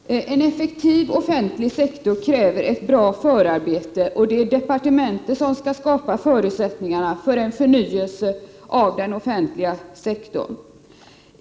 Herr talman! En effektiv offentlig sektor kräver ett bra förarbete. Det är finansdepartementet som skall skapa förutsättningar för en förnyelse av den offentliga sektorn.